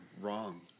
wrong